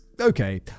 okay